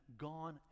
gone